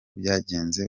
byagenze